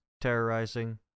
terrorizing